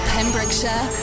Pembrokeshire